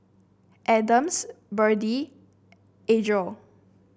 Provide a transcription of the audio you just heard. Adams Biddie Adriel